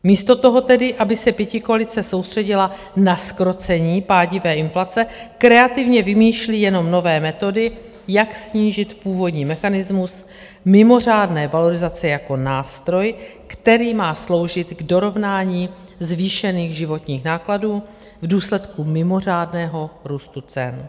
Místo toho tedy, aby se pětikoalice soustředila na zkrocení pádivé inflace, kreativně vymýšlí jenom nové metody, jak snížit původní mechanismus mimořádné valorizace jako nástroj, který má sloužit k dorovnání zvýšených životních nákladů v důsledku mimořádného růstu cen.